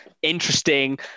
Interesting